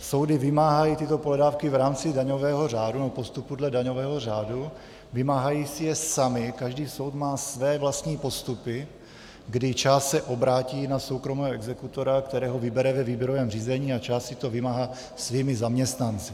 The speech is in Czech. Soudy vymáhají tyto pohledávky v rámci daňového řádu, nebo postupu dle daňového řádu, vymáhají si je samy, každý soud má své vlastní postupy, kdy část se obrátí na soukromého exekutora, kterého vybere ve výběrovém řízení, a část si to vymáhá svými zaměstnanci.